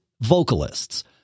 vocalists